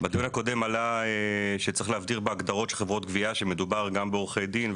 הקודם עלה שצריך להבהיר בהגדרות של "חברות גבייה" שמדובר גם בעורכי דין,